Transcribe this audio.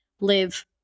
live